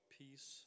peace